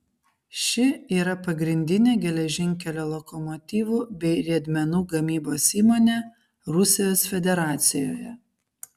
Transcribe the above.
ši yra pagrindinė geležinkelio lokomotyvų bei riedmenų gamybos įmonė rusijos federacijoje